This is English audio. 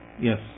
Yes